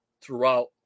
throughout